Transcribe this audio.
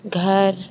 घर